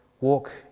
walk